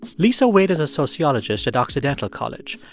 lisa wade is a sociologist at occidental college.